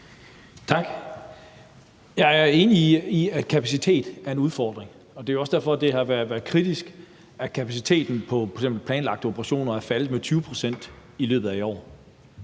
Tak. Jeg er enig i, at kapacitet er en udfordring, og det er også derfor, det har været kritisk, at kapaciteten på f.eks. planlagte operationer er faldet med 20 pct. i løbet af i år